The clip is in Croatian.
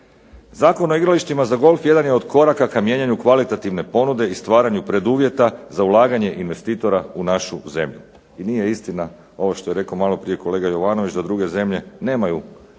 Zakon o igralištima za golf jedan je od koraka ka mijenjanju kvalitativne ponude i stvaranju preduvjeta za ulaganje investitora u našu zemlju. I nije istina ovo što je rekao malo prije kolega Jovanović da druge zemlje nemaju